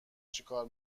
چیکار